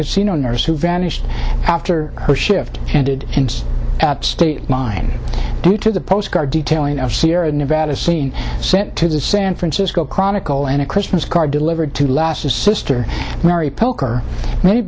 casino owners who vanished after her shift ended in state line due to the postcard detailing of sierra nevada seen sent to the san francisco chronicle and a christmas card delivered to last a sister mary poker